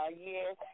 Yes